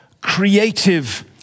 creative